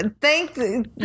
Thank